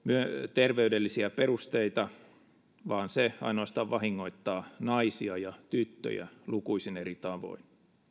terveydellisiä perusteita vaan se ainoastaan vahingoittaa naisia ja tyttöjä lukuisin eri tavoin